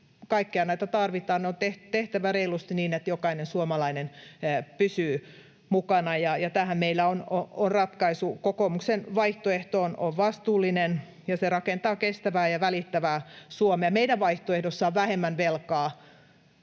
kaikkia näitä tarvitaan. Ne on tehtävä reilusti niin, että jokainen suomalainen pysyy mukana, ja tähän meillä on ratkaisu. Kokoomuksen vaihtoehto on vastuullinen, ja se rakentaa kestävää ja välittävää Suomea. Meidän vaihtoehdossa on vähemmän velkaa,